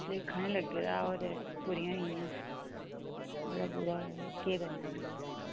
नेईं नेई भलेखा नीं लग्गे दा ओह् ते पूरियां होई गेइयां बड़ा बुरा होआ केह् करना फ्ही